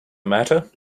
matter